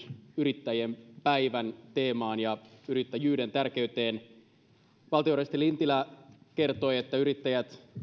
yrittäjien päivän teemaan ja yrittäjyyden tärkeyteen valtiovarainministeri lintilä kertoi että yrittäjät